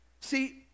See